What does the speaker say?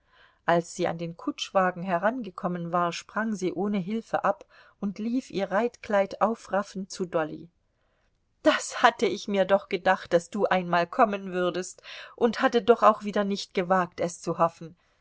als sie an den kutschwagen herangekommen war sprang sie ohne hilfe ab und lief ihr reitkleid aufraffend zu dolly das hatte ich mir doch gedacht daß du einmal kommen würdest und hatte doch auch wieder nicht gewagt es zu hoffen